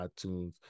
iTunes